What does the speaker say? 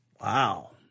Wow